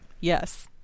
Yes